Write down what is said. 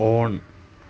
on